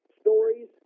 stories